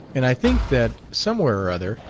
and i think that, somewhere or other,